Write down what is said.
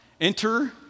Enter